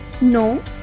No